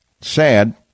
sad